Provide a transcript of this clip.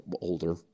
older